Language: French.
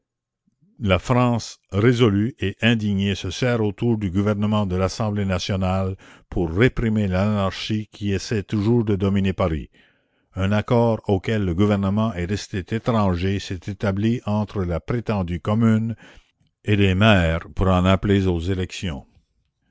la france résolue et indignée se serre autour du gouvernement de l'assemblée nationale pour réprimer l'anarchie qui essaye toujours de dominer paris un accord auquel le gouvernement est resté étranger s'est établi entre la prétendue commune et les maires pour en appeler aux élections